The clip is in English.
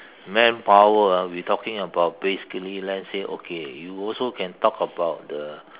manpower ah we talking about basically let's say okay you also can talk about the